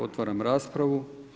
Otvaram raspravu.